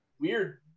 weird